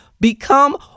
Become